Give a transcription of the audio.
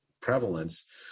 prevalence